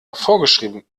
vorgeschrieben